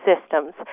systems